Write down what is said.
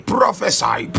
Prophesy